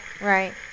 Right